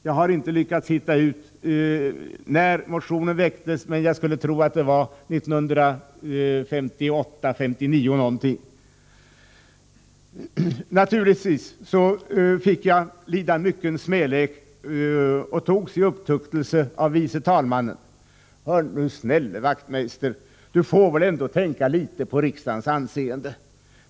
Jag kommer inte ihåg när motionen väcktes, men jag skulle tro att det var 1958 eller 1959. Naturligtvis fick jag lida mycken smälek och togs i upptuktelse av vice talmannen: ”Hör nu snälle Wachtmeister, du får väl ändå tänka litet på riksdagens anseende.